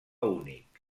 únic